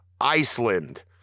Iceland